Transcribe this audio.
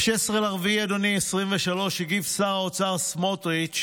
אדוני, ב-16 באפריל 2023 הגיב שר האוצר סמוטריץ'